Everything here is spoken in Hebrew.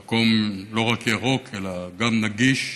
לא רק מקום ירוק אלא גם נגיש.